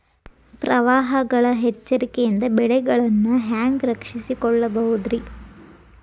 ಪ್ರವಾಹಗಳ ಎಚ್ಚರಿಕೆಯಿಂದ ಬೆಳೆಗಳನ್ನ ಹ್ಯಾಂಗ ರಕ್ಷಿಸಿಕೊಳ್ಳಬಹುದುರೇ?